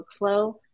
workflow